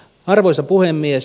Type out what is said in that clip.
arvoisa puhemies